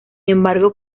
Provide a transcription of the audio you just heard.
embargo